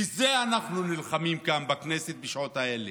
בזה אנחנו נלחמים כאן בכנסת בשעות האלה.